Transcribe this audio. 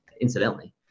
incidentally